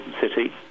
city